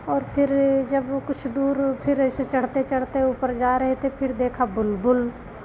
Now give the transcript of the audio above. और फिर जब वह कुछ दूर फिर ऐसे चढ़ते चढ़ते ऊपर जा रहे थे फिर देखा बुलबुल